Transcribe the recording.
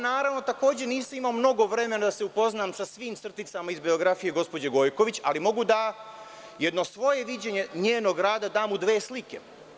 Naravno, nisam imao mnogo vremena da se upoznam sa svim crticama iz biografije gospođe Gojković, ali mogu da jedno svoje viđenje njenog rada dam u dve slike.